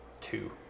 Two